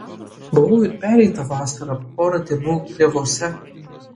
buvau ir pereitą vasarą porą dienų klevuose